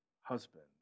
husband